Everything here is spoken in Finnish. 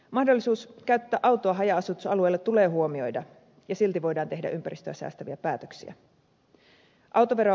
mahdollisuus käyttää autoa haja asutusalueilla tulee huomioida ja silti voidaan tehdä ympäristöä säästäviä päätöksiä